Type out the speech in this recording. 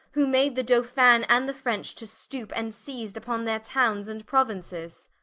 who made the dolphin and the french to stoupe, and seiz'd vpon their townes and prouinces